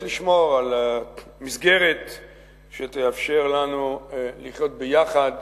לשמור על מסגרת שתאפשר לנו לחיות ביחד,